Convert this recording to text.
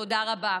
תודה רבה.